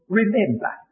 remember